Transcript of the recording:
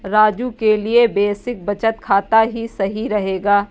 रंजू के लिए बेसिक बचत खाता ही सही रहेगा